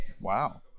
Wow